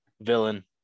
Villain